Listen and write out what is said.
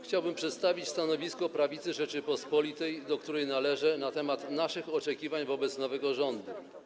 Chciałbym przedstawić stanowisko Prawicy Rzeczypospolitej, do której należę, w sprawie naszych oczekiwań wobec nowego rządu.